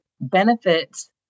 benefits